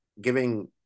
giving